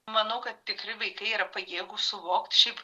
manau kad tikri vaikai yra pajėgūs suvokt šiaip